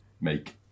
make